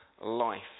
life